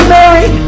Mary